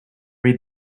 read